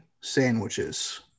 sandwiches